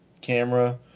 camera